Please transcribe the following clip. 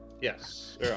Yes